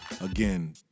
again